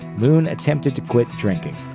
moon attempted to quit drinking.